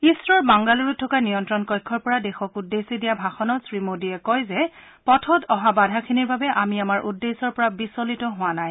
ইছৰ'ৰ বাংগালুৰুত থকা নিয়ন্ত্ৰণ কক্ষৰ পৰা দেশক উদ্দেশ্যি দিয়া ভাষণত শ্ৰী মোদীয়ে কয় যে পথত অহা বাধাখিনিৰ বাবে আমি আমাৰ উদ্দেশ্যৰ পৰা বিচলিত হোৱা নাই